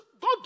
God